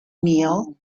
kneel